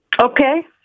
Okay